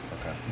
Okay